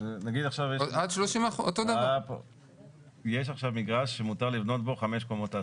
יש עכשיו מגרש שמותר לבנות בו חמש קומות תעסוקה.